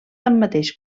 tanmateix